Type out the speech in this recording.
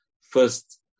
first